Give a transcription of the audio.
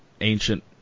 ancient